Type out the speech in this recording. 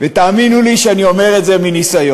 ותאמינו לי שאני אומר את זה מניסיון.